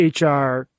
HR